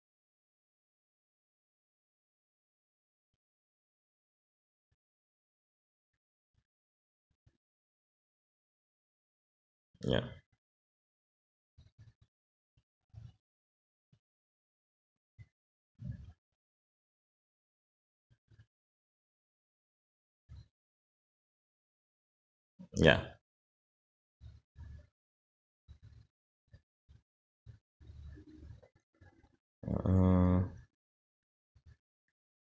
yup ya mm